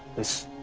this